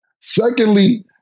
Secondly